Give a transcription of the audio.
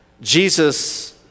Jesus